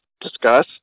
discuss